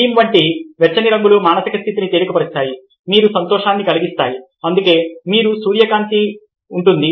cream వంటి వెచ్చని రంగులు మానసిక స్థితిని తేలికపరుస్తాయి మీకు సంతోషాన్ని కలిగిస్తాయి అందుకే మీకు సూర్యకాంతి ఉంటుంది